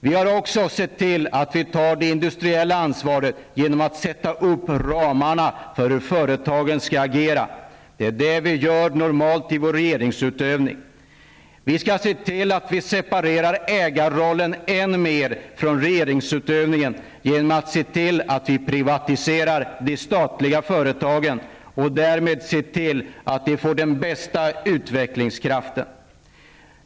Vi har också sett till att vi tar det industriella ansvaret genom att sätta upp ramarna för hur företagen skall agera. Det är detta vi gör normalt i vår regeringsutövning. Vi skall se till att vi separerar ägarrollen än mer från regeringsutövningen genom att privatisera de statliga företagen och därmed se till att de får den bästa utvecklingskraften.